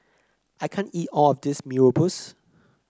I can't eat all of this Mee Rebus